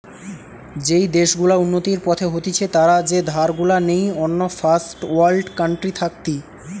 যেই দেশ গুলা উন্নতির পথে হতিছে তারা যে ধার গুলা নেই অন্য ফার্স্ট ওয়ার্ল্ড কান্ট্রি থাকতি